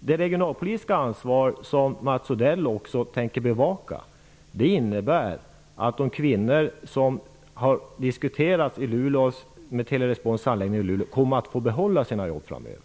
det regionalpolitiska ansvaret som Mats Odell tänker utöva innebär att kvinnorna vid Telerespons anläggning i Luleå får behålla sina jobb framöver?